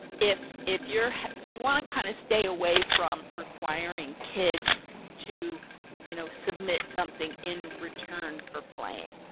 if if you're so you want to kind of stay away from requiring kids to you know submit something in return for playing,